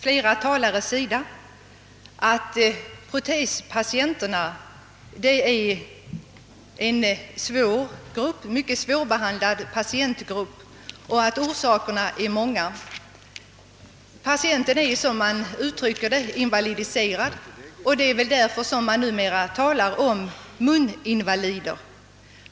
Flera talare sade där att protespatienterna är en mycket svårbehandlad patientgrupp och att orsakerna härtill är många. Patienten är, som man uttrycker det, invalidiserad, och det är väl därför som man numera talar om »muninvalider».